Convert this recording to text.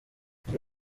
muri